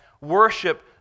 worship